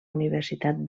universitat